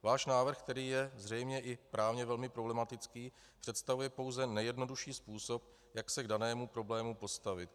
Váš návrh, který je zřejmě i právně velmi problematický, představuje pouze nejjednodušší způsob, jak se k danému problému postavit.